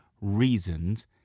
reasons